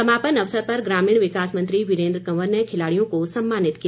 समापन अवसर पर ग्रामीण विकास मंत्री वीरेन्द्र कंवर ने खिलाड़ियों को सम्मानित किया